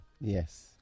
Yes